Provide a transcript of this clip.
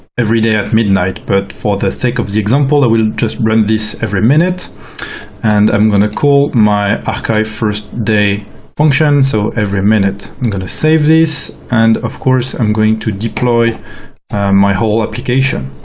every day at midnight, but for the sake of the example, i will just run this every minute and i'm going to call my archive first day function. so every minute i'm going to save this and, of course, i'm going to deploy my whole application.